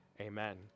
Amen